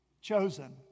chosen